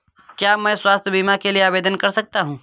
क्या मैं स्वास्थ्य बीमा के लिए आवेदन कर सकता हूँ?